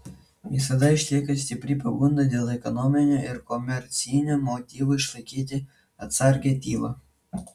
visada išlieka stipri pagunda dėl ekonominių ir komercinių motyvų išlaikyti atsargią tylą